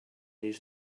news